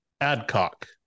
Adcock